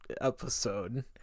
episode